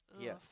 yes